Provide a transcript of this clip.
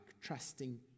trusting